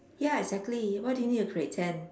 ya exactly why do you need to pretend